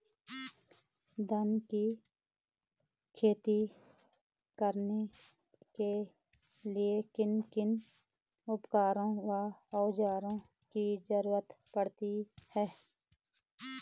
धान की खेती करने के लिए किन किन उपकरणों व औज़ारों की जरूरत पड़ती है?